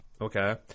Okay